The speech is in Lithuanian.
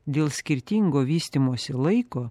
dėl skirtingo vystymosi laiko